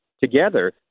together